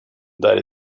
that